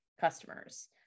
customers